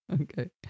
Okay